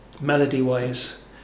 melody-wise